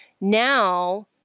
now